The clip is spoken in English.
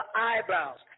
eyebrows